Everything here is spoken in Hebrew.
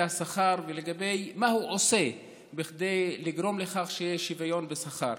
השכר ולגבי מה הוא עושה בכדי לגרום לכך שיהיה שוויון בשכר.